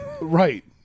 Right